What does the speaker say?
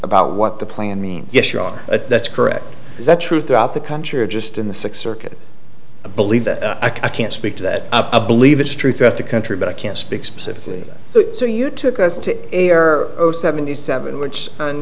about what the plan means yes you are that's correct is that true throughout the country or just in the sixth circuit i believe that i can speak to that believe it's true throughout the country but i can't speak specifically so you took us to a are seventy seven w